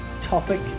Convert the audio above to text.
topic